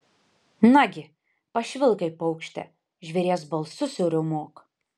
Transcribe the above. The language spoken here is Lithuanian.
nagi pašvilpk kaip paukštė žvėries balsu suriaumok